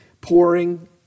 pouring